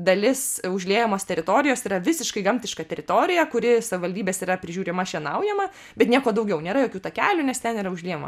dalis užliejamos teritorijos yra visiškai gamtiška teritorija kuri savivaldybės yra prižiūrima šienaujama bet nieko daugiau nėra jokių takelių nes ten yra užliejama